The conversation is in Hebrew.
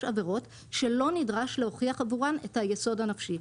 עבירות שלא נדרש להוכיח עבורן את היסוד הנפשי.